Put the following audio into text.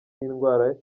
n’indwara